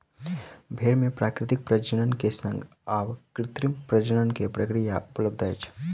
भेड़ मे प्राकृतिक प्रजनन के संग आब कृत्रिम प्रजनन के प्रक्रिया उपलब्ध अछि